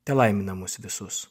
telaimina mus visus